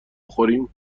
بخوریم